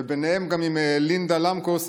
וביניהם גם עם לינדה למקוס,